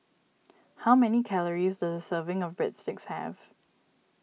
how many calories does a serving of Breadsticks have